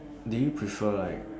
do you prefer like